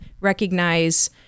recognize